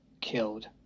killed